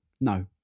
No